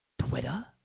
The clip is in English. Twitter